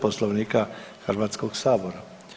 Poslovnika Hrvatskog sabora.